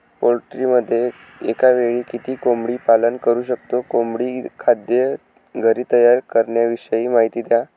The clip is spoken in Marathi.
पोल्ट्रीमध्ये एकावेळी किती कोंबडी पालन करु शकतो? कोंबडी खाद्य घरी तयार करण्याविषयी माहिती द्या